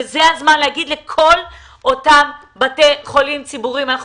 וזה הזמן להגיד לכל אותם בתי חולים ציבוריים: אנחנו